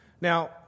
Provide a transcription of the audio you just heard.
Now